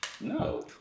No